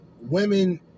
women